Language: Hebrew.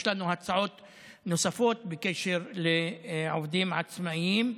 יש לנו הצעות נוספות בקשר לעובדים עצמאים.